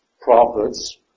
prophets